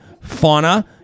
fauna